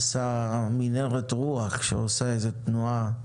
עשה מנהרת רוח שעושה איזה תנועה,